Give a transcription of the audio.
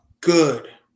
good